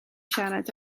siarad